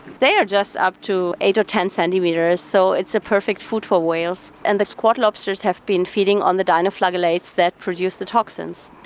they are just up to eight or ten centimetres, so it's a perfect food for whales. and the squat lobsters have been feeding on the dinoflagellates that produce the toxins.